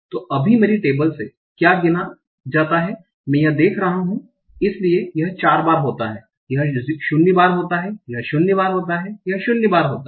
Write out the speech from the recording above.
तो अभी मेरी टेबल से क्या गिना जाता है मैं यह देख रहा हूं इसलिए यह चार बार होता है यह शून्य बार होता है यह शून्य बार होता है यह शून्य बार होता है